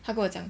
她跟我讲